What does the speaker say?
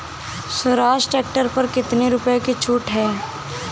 Swaraj tractor पर कितनी रुपये की छूट है?